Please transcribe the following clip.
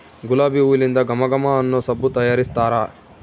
ಗುಲಾಬಿ ಹೂಲಿಂದ ಘಮ ಘಮ ಅನ್ನೊ ಸಬ್ಬು ತಯಾರಿಸ್ತಾರ